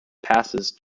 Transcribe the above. passes